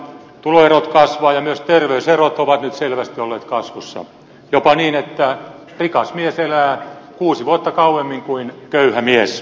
tuloerot kasvavat ja myös terveyserot ovat nyt selvästi olleet kasvussa jopa niin että rikas mies elää kuusi vuotta kauemmin kuin köyhä mies